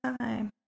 time